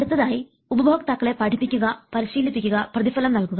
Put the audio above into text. അടുത്തതായി ഉപഭോക്താക്കളെ പഠിപ്പിക്കുക പരിശീലിപ്പിക്കുക പ്രതിഫലം നൽകുക